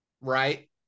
right